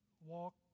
walk